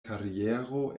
kariero